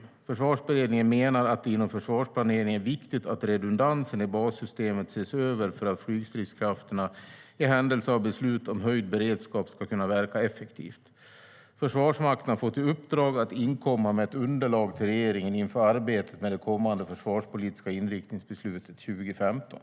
Försvarsberedningen menar att det inom försvarsplaneringen är viktigt att redundansen i bassystemet ses över för att flygstridskrafterna i händelse av beslut om höjd beredskap ska kunna verka effektivt. Försvarsmakten har fått i uppdrag att inkomma med ett underlag till regeringen inför arbetet med det kommande försvarspolitiska inriktningsbeslutet 2015.